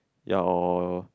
ya or